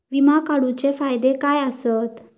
विमा काढूचे फायदे काय आसत?